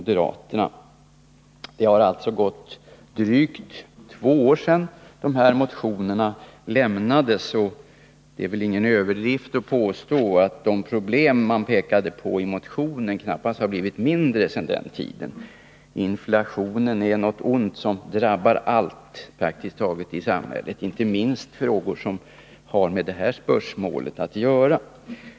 Det har alltså gått drygt två år sedan dessa motioner lämnades. Det är ingen överdrift att påstå att de problem man pekade på i motionerna knappast har blivit mindre sedan dess. Inflationen är något ont som drabbar praktiskt taget allt i samhället, inte minst frågor som har med detta spörsmål att göra.